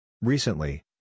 Recently